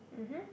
mmhmm